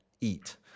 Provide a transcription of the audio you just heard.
eat